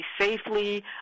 safely